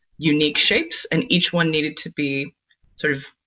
unique shapes, and each one needed to be sort of,